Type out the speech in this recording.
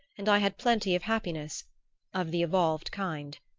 and i had plenty of happiness of the evolved kind.